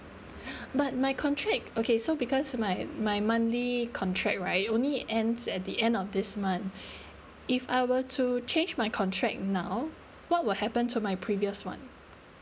but my contract okay so because my my monthly contract right only ends at the end of this month if I will to change my contract now what will happen to my previous one